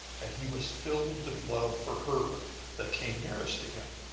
and he was filled with love for her that came nearest to him.